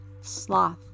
Sloth